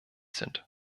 sind